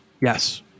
Yes